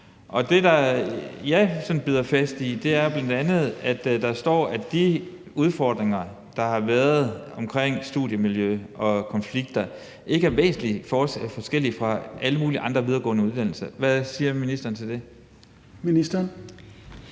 i, er bl.a., at der står, at de udfordringer, der har været omkring studiemiljø og konflikter, ikke er væsentlig forskellige fra dem på alle mulige andre videregående uddannelser. Hvad siger ministeren til det?